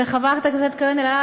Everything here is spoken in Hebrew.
וחברת הכנסת קארין אלהרר,